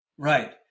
Right